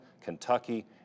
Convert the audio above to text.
Kentucky